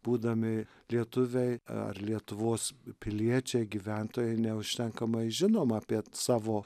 būdami lietuviai ar lietuvos piliečiai gyventojai neužtenkamai žinom apie savo